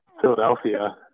Philadelphia